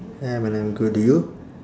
ya man I'm good do you